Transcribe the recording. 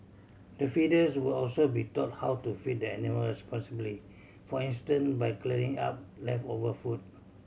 the feeders will also be taught how to feed the animals responsibly for instance by clearing up leftover food